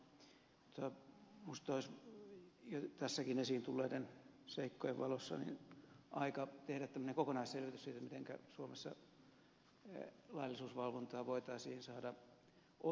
minusta olisi tässäkin esiin tulleiden seikkojen valossa aika tehdä kokonaisselvitys siitä mitenkä suomessa laillisuusvalvontaa voitaisiin saada osuvammaksi